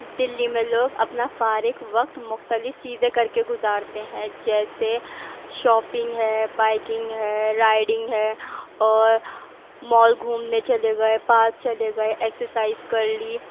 دلی میں لوگ اپنا فارغ وقت مختلف چیزیں کر کے گزارتے ہیں جیسے شاپنگ ہے بائکنگ ہے رائڈنگ ہے اور مال گھومنے چلے گئے پارک چلے گئے ایکسرسائز کر لی